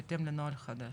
בהתאם לנוהל חדש.